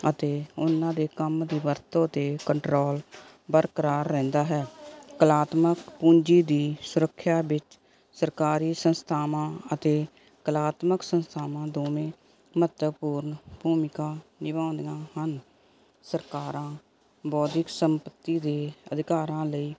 ਅਤੇ ਉਹਨਾਂ ਦੇ ਕੰਮ ਦੀ ਵਰਤੋਂ 'ਤੇ ਕੰਟਰੋਲ ਬਰਕਰਾਰ ਰਹਿੰਦਾ ਹੈ ਕਲਾਤਮਕ ਪੂੰਜੀ ਦੀ ਸੁਰੱਖਿਆ ਵਿੱਚ ਸਰਕਾਰੀ ਸੰਸਥਾਵਾਂ ਅਤੇ ਕਲਾਤਮਕ ਸੰਸਥਾਵਾਂ ਦੋਵੇਂ ਮਹੱਤਵਪੂਰਨ ਭੂਮਿਕਾ ਨਿਭਾਉਂਦੀਆਂ ਹਨ ਸਰਕਾਰਾਂ ਬੌਧਿਕ ਸੰਪਤੀ ਦੇ ਅਧਿਕਾਰਾਂ ਲਈ